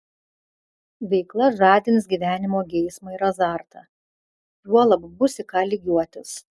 veikla žadins gyvenimo geismą ir azartą juolab bus į ką lygiuotis